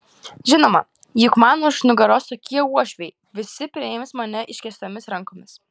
žinoma juk man už nugaros tokie uošviai visi priims mane išskėstomis rankomis